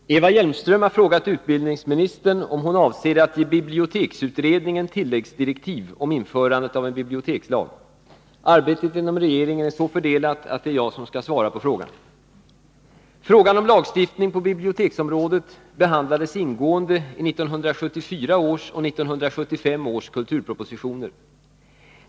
Herr talman! Eva Hjelmström har frågat utbildningsministern om hon avser att ge biblioteksutredningen tilläggsdirektiv om införandet av en bibliotekslag. Arbetet inom regeringen är så fördelat att det är jag som skall svara på frågan. Frågan om lagstiftning på biblioteksområdet behandlades ingående i 1974 och 1975 års kulturpropositioner.